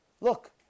Look